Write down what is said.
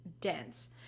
dense